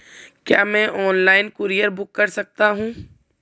क्या मैं online courier book कर सकता हूँ?